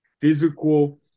physical